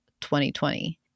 2020